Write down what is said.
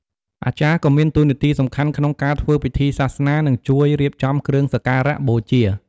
អាចារ្យក៏មានតួនាទីសំខាន់ក្នុងការធ្វើពិធីសាសនា និងជួយរៀបចំគ្រឿងសក្ការៈបូជា។